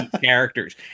characters